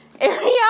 area